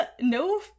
no